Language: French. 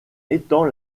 étant